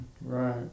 Right